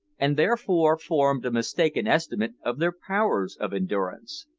and, therefore, formed a mistaken estimate of their powers of endurance.